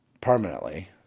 permanently